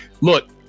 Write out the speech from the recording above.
look